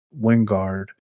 Wingard